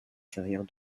carrière